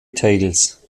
tales